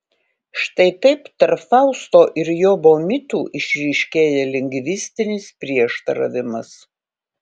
štai taip tarp fausto ir jobo mitų išryškėja lingvistinis prieštaravimas